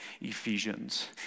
Ephesians